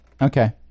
Okay